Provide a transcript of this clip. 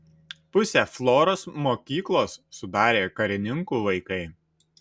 pusę floros mokyklos sudarė karininkų vaikai